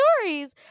stories